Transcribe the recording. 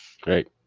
Great